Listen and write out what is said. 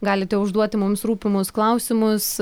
galite užduoti mums rūpimus klausimus